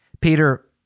Peter